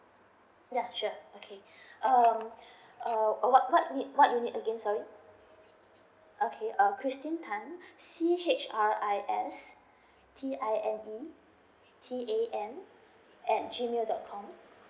yup sure um what you need what you need again sorry okay err christine tan C H R I S T I N E T A N at G mail dot com